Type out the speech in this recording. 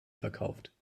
verkauft